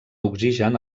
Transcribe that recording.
oxigen